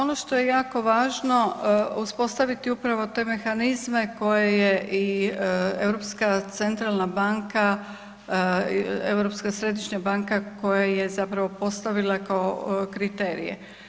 Pa ono što je jako važno uspostaviti upravo te mehanizme koje je i Europska centralna banka i Europska središnja banka koja je zapravo postavila kao kriterije.